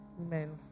Amen